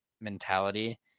mentality